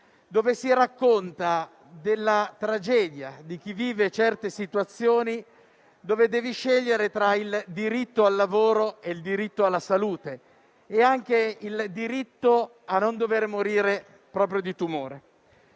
quale si racconta la tragedia di chi vive certe situazioni in cui si deve scegliere tra il diritto al lavoro e il diritto alla salute, e anche il diritto a non dover morire proprio di tumore.